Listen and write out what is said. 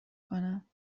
کنم